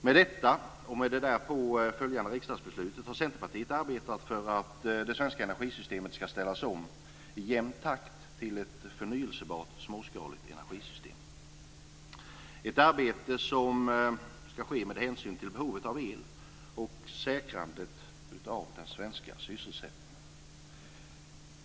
Med detta och det därpå följande riksdagsbeslutet har Centerpartiet arbetat för att det svenska energisystemet ska ställas om i jämn takt till ett förnybart småskaligt energisystem. Det är ett arbete som ska ske med hänsyn till behovet av el och säkrandet av den svenska sysselsättningen.